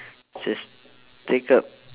just take out